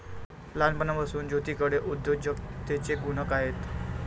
लहानपणापासून ज्योतीकडे उद्योजकतेचे गुण आहेत